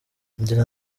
ngira